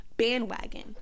Bandwagon